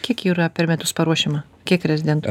kiek jų yra per metus paruošiama kiek rezidentų